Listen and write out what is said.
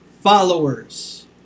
followers